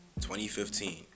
2015